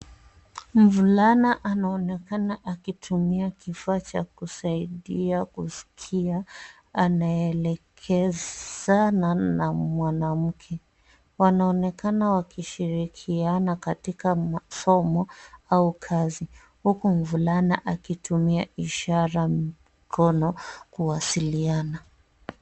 Mvulana anaonekana akitumia kifaa cha kusaidia kuskia anaelekezana na mwanamke. Wanaonekana wakishirikiana katika masomo au kazi huku mvulana akitumia ishara mkono kuwasiliana.